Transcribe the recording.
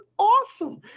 awesome